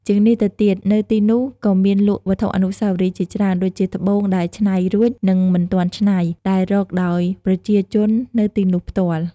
ជាងនេះទៅទៀត នៅទីនោះក៏មានលក់វត្ថុអនុស្សាវរីយ៍ជាច្រើន ដូចជាត្បូងដែលឆ្នៃរួច និងមិនទាន់ឆ្នៃ ដែលរកដោយប្រជាជននៅទីនោះផ្ទាល់ ។